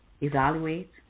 Evaluate